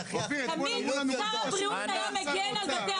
תמיד שר הבריאות היה מגן על בתי החולים, תמיד.